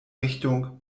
richtung